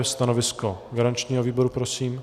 Stanovisko garančního výboru prosím.